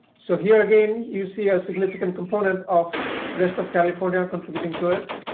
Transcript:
so here again you see a significant component of rest of california contributing to it.